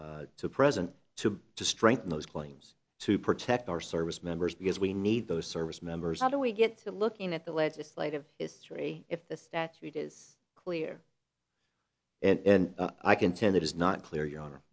to to present to to strengthen those claims to protect our service members because we need those service members how do we get to looking at the legislative history if the statute is clear and i contend it is not clear your honor